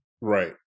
Right